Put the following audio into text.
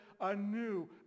anew